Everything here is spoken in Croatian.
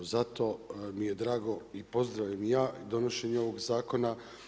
Zato mi je drago i pozdravljam i ja donošenje ovog zakona.